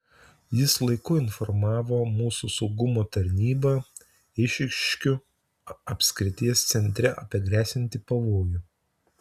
jis laiku informavo mūsų saugumo tarnybą eišiškių apskrities centre apie gresianti pavojų